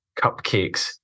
cupcakes